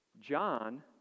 John